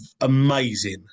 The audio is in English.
amazing